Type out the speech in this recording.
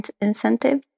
incentive